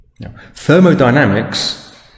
Thermodynamics